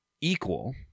equal